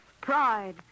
pride